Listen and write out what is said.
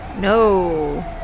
No